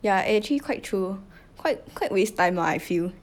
yeah eh actually quite true quite quite waste time lah I feel